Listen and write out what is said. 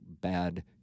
bad